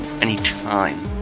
anytime